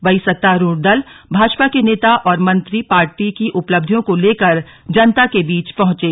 वहीं सत्तारूढ़ दल भाजपा के नेता और मंत्री पार्टी की उपलब्धियों को लेकर जनता के बीच पहंचे